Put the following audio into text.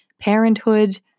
parenthood